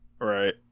Right